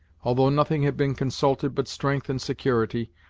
although nothing had been consulted but strength and security,